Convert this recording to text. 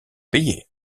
payer